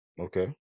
Okay